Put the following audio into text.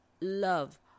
love